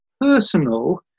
personal